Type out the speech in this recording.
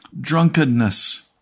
drunkenness